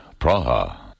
Praha